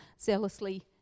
zealously